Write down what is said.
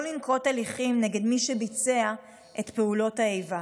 לנקוט הליכים נגד מי שביצע את פעולות האיבה,